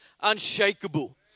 unshakable